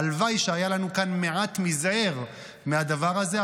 הלוואי שהיה לנו כאן מעט מזעיר מהדבר הזה.